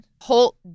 Holt